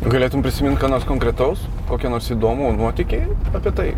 galėtum prisimint ką nors konkretaus kokį nors įdomų nuotykį apie tai